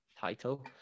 title